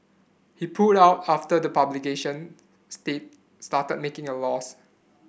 he pulled out after the publication stick started making a loss